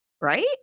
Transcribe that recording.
Right